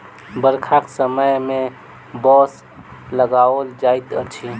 बरखाक समय मे बाँस लगाओल जाइत अछि